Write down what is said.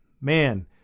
man